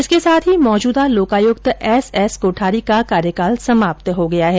इसके साथ ही मौजूदा लोकायुक्त एस एस कोठारी का कार्यकाल समाप्त हो गया है